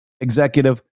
executive